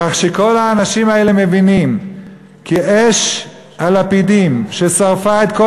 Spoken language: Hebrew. כך שכל האנשים האלה מבינים כי אש הלפידים ששרפה את כל